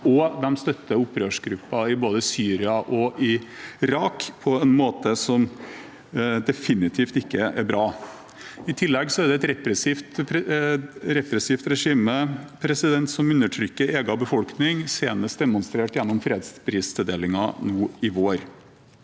de støtter opprørsgrupper både i Syria og i Irak på en måte som definitivt ikke er bra. I tillegg er det et repressivt regime som undertrykker egen befolkning, senest demonstrert gjennom fredspristildelingen nå i vår.